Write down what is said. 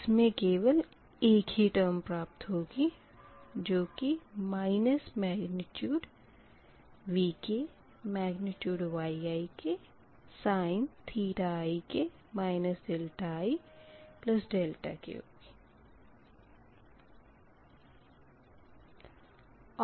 इसमें केवल एक ही टर्म प्राप्त होगी जो कि minus magnitude VkYiksin ik ik है